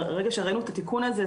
ברגע שראינו את התיקון הזה,